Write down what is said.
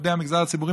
עובדי המגזר הציבורי,